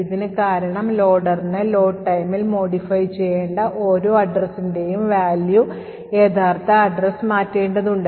ഇതിനു കാരണം loaderന് load timeൽ modify ചെയ്യേണ്ട ഓരോ addressൻറെയും value യഥാർത്ഥ address മാറ്റേണ്ടതുണ്ട്